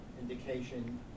Indication